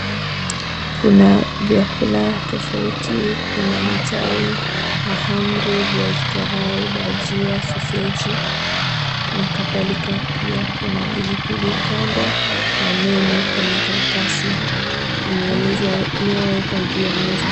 Kuna vyakula tofauti, kuna mitahi, mahamri, viazi karai, bajia, soseji na kadhalika pia kuna pilipili kando na menu kwenye karatasi imeelezwa iliyoekwa juu ya meza.